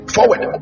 Forward